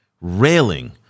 railing